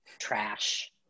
trash